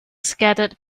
scattered